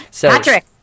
Patrick